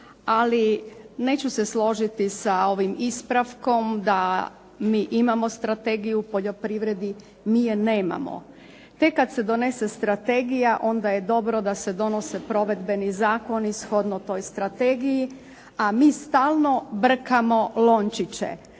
ali neću se složiti sa ovim ispravkom da mi imamo strategiju o poljoprivredi. Mi je nemamo. Tek kad se donese strategija onda je dobro da se donose provedbeni zakoni shodno toj strategiji, a mi stalno brkamo lončiće.